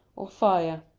or fire.